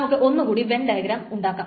നമുക്ക് ഒന്നുകൂടി Venn diagram ഉണ്ടാക്കാം